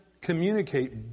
communicate